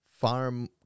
farm